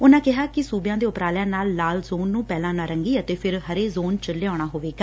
ਉਨੂਾ ਕਿਹਾ ਕਿ ਰਾਜਾ ਦੇ ਉਪਰਾਲਿਆਂ ਨਾਲ ਲਾਲ ਜੋਨ ਨੂੰ ਪਹਿਲਾਂ ਨਾਰੰਗੀ ਅਤੇ ਫੇਰ ਹਰੇ ਜੋਨ ਚ ਲਿਆਉਣਾ ਹੋਏਗਾ